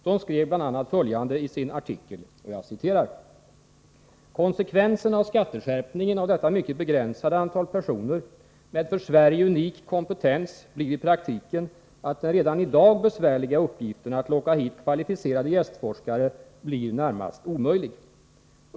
De skrev bl.a. följande i sin artikel: ”Konsekvensen av skatteskärpningen för detta mycket begränsade antal personer med för Sverige unik kompetens blir i praktiken att den redan i dag besvärliga uppgiften att locka hit kvalificerade gästforskare blir närmast omöjlig.